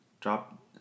drop